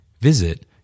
Visit